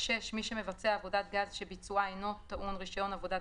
מי שמבצע עבודת גז שביצועה אינו טעון רישיון עבודת